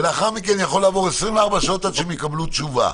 ולאחר מכן יכולים לעבור 24 שעות עד לקבלת תשובה.